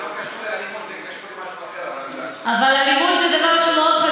זה לא קשור לאלימות, זה קשור למשהו אחר.